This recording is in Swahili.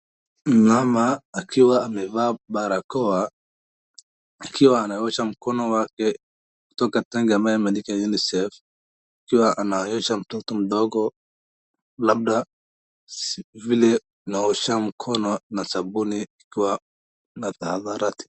Mama akiwa amevaa barakoa, akiwa anaosha mkono wake kutoka tangi ambalo limeandikwa UNICEF, akiwa anaonyesha mtoto mdogo labda vile anaosha mkono na sabuni kwa tahadhari.